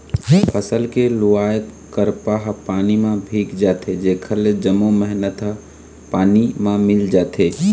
फसल के लुवाय करपा ह पानी म भींग जाथे जेखर ले जम्मो मेहनत ह पानी म मिल जाथे